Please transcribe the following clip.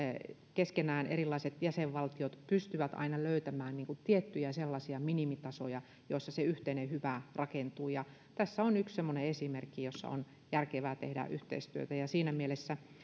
keskenään erilaiset jäsenvaltiot pystyvät aina löytämään tiettyjä sellaisia minimitasoja joissa se yhteinen hyvä rakentuu ja tässä on yksi semmoinen esimerkki jossa on järkevää tehdä yhteistyötä